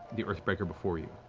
the earthbreaker before you,